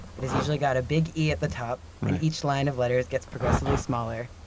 it is usually got a big e at the top and each line of letters gets progressively smaller.